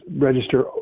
register